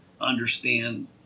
understand